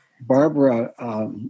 Barbara